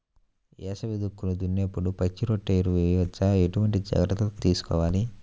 వేసవి దుక్కులు దున్నేప్పుడు పచ్చిరొట్ట ఎరువు వేయవచ్చా? ఎటువంటి జాగ్రత్తలు తీసుకోవాలి?